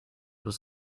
was